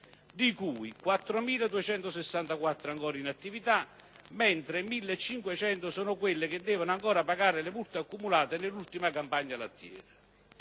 di cui 4.264 ancora in attività, mentre 1.500 sono quelle che devono ancora pagare le multe accumulate nell'ultima campagna lattiera.